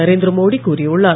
நரேந்திரமோடி கூறியுள்ளார்